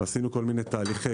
עשינו כל מיני תהליכי